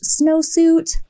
snowsuit